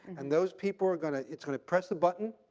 and those people are going to it's going to press a button,